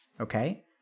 okay